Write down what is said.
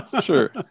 Sure